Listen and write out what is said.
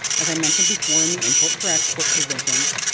as i mentioned before in the import for export provisions,